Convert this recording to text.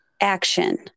action